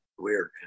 weird